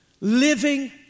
Living